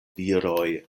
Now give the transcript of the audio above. viroj